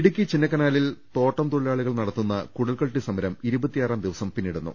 ഇടുക്കി ചിന്നക്കനാലിൽ തോട്ടം തൊഴിലാളികൾ നടത്തുന്ന കുടിൽകെട്ടി സമരം ഇരുപത്തിയാ ദിവസം പിന്നിടുന്നു